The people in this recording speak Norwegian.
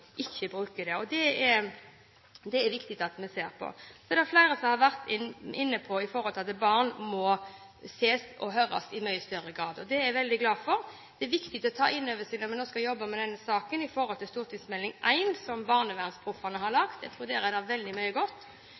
det flere som har vært inne på at barn må ses og høres i mye større grad. Det er jeg veldig glad for. Dette er det viktig å ta inn over seg når vi nå skal jobbe med denne saken – stortingsmelding nr. 1, som Barnevernsproffene har laget. Her tror jeg det er veldig mye